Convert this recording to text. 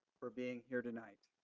for being here tonight.